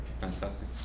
fantastic